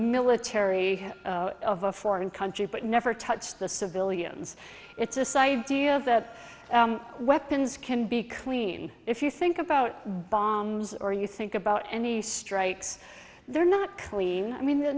military of a foreign country but never touched the civilians it's a site that weapons can be clean if you think about bombs or you think about any strikes they're not clean i mean the